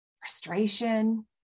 frustration